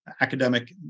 Academic